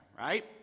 right